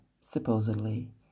supposedly